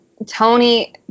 Tony